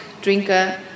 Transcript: drinker